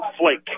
Flake